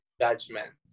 judgment